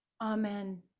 Amen